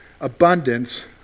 abundance